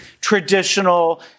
traditional